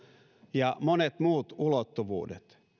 ja monet muut ulottuvuudet